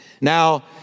Now